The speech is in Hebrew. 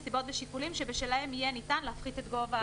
נסיבות ושיקולים שבשלהם יהיה ניתן להפחית את גובה הערובה".